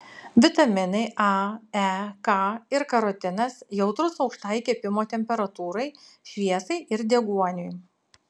vitaminai a e k ir karotinas jautrūs aukštai kepimo temperatūrai šviesai ir deguoniui